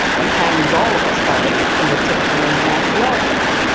then hangs all of us by the neck from the tip of a mainmast yardarm!